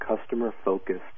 customer-focused